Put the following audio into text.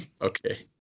Okay